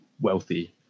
wealthy